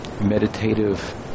meditative